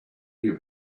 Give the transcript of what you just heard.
you